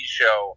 show